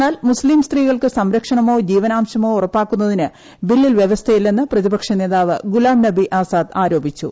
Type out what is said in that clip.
എന്നാൽ മുസ്ലിം സ്ത്രീകൾക്ക് സംരക്ഷണമൊ ജീവനാംശമോ ഉറപ്പാക്കുന്നതിന് ബില്ലിൽ വ്യവസ്ഥയില്ലെന്ന് പ്രതിപക്ഷ നേതാവ് ഗുലാംനബി ആസാദ് ആരോപിച്ചു